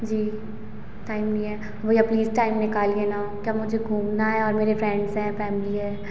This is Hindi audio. जी टाइम नहीं है भैया प्लीस टाइम निकालिए न क्या मुझे घूमना है और मेरे फरेंड्स हैं फैमली है